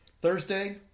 Thursday